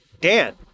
Dan